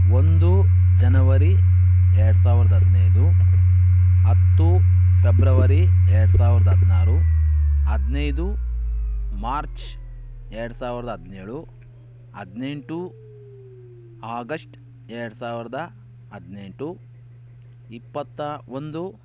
ಒಂದು ಜನವರಿ ಎರಡು ಸಾವಿರದ ಹದಿನೈದು ಹತ್ತು ಫೆಬ್ರವರಿ ಎರಡು ಸಾವಿರದ ಹದಿನಾರು ಹದಿನೈದು ಮಾರ್ಚ್ ಎರಡು ಸಾವಿರದ ಹದಿನೇಳು ಹದಿನೆಂಟು ಆಗಸ್ಟ್ ಎರಡು ಸಾವಿರದ ಹದಿನೆಂಟು ಇಪ್ಪತ್ತ ಒಂದು